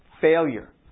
failure